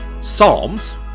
Psalms